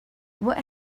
what